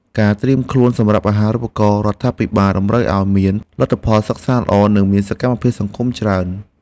ការត្រៀមខ្លួនសម្រាប់អាហារូបករណ៍រដ្ឋាភិបាលតម្រូវឱ្យមានលទ្ធផលសិក្សាល្អនិងមានសកម្មភាពសង្គមច្រើន។